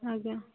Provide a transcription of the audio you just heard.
ଆଜ୍ଞା